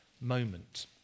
moment